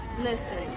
Listen